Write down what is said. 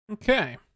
okay